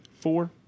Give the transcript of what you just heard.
four